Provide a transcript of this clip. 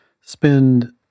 spend